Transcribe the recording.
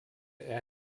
air